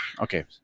Okay